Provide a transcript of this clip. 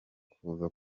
kuza